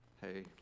hey